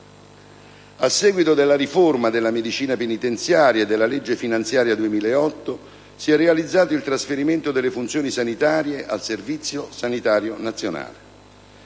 A seguito della riforma della medicina penitenziaria e della legge finanziaria 2008, si è realizzato il trasferimento delle funzioni sanitarie al Servizio sanitario nazionale.